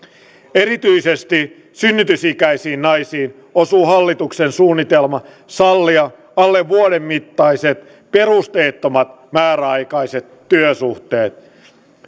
erityisesti synnytysikäisiin naisiin osuu hallituksen suunnitelma sallia alle vuoden mittaiset perusteettomat määräaikaiset työsuhteet